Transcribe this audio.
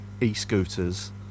E-scooters